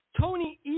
Tony